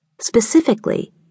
Specifically